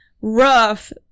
rough